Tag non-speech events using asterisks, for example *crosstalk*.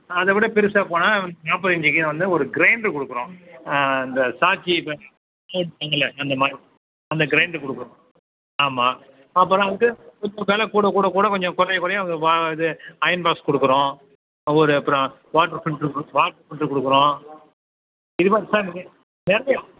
ஆ அதை விட பெருசாக போனால் நாற்பது இஞ்சிக்கு வந்து ஒரு கிரைண்ட்ரு கொடுக்குறோம் இந்த சாச்சி *unintelligible* அந்த மாதிரி அந்த கிரைண்ட்ரு கொடுக்குறோம் ஆமாம் அப்புறம் அதுக்கு கொஞ்சம் வில கூட கூட கூட கொஞ்சம் குறைய குறைய இது வ இது அயன் பாக்ஸ் கொடுக்குறோம் ஒரு அப்புறம் வாட்ரு பில்ட்ரு வாட்ரு பில்ட்ரு கொடுக்குறோம் இது மாதிரி *unintelligible*